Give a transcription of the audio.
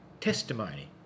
testimony